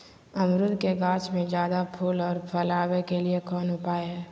अमरूद के गाछ में ज्यादा फुल और फल आबे के लिए कौन उपाय है?